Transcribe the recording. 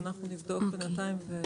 אנחנו נבדוק את זה.